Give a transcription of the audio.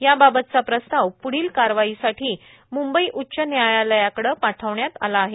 याबाबतचा प्रस्ताव प्ढील कारवाईसाठी म्ंबई उच्च न्यायालयाकडे पाठवण्यात आला आहे